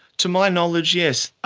to my knowledge, yes.